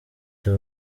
theo